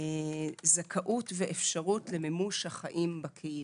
זכאות ואפשרות למימוש החיים בקהילה.